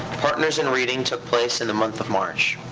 partners in reading took place in the month of march.